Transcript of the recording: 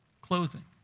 clothing